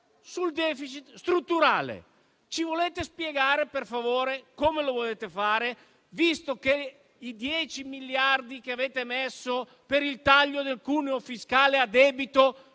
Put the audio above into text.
il *deficit* strutturale. Ci volete spiegare per favore come lo volete fare, visto che i 10 miliardi che avete stanziato per il taglio del cuneo fiscale a debito